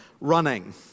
running